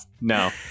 no